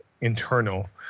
internal